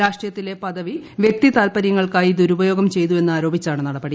രാഷ്ട്രീയത്തിലെ പദവി വൃക്തിതാൽപരൃങ്ങൾക്കായി ദുരുപയോഗം ചെയ്തുവെന്നാരോപിച്ചാണ് നടപടി